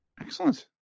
Excellent